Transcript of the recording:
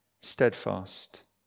steadfast